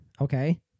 Okay